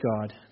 God